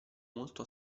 molto